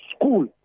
school